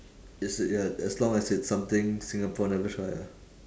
it's ya as long as it's something singapore never try ah